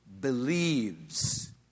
believes